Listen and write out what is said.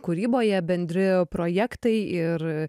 kūryboje bendri projektai ir